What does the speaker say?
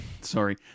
sorry